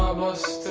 ah was